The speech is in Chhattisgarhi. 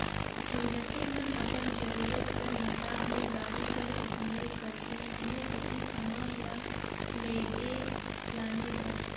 मइनसे मन अपन जरूरत कर हिसाब ले गाड़ी कर उपियोग करथे कोनो कती समान ल लेइजे लाने बर